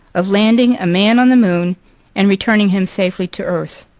of landing a man on the moon and returning him safely to earth.